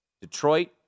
Detroit